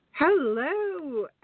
Hello